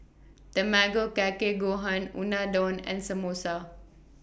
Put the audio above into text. Tamago Kake Gohan Unadon and Samosa